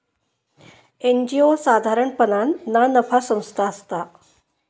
NGO साधारणपणान ना नफा संस्था असता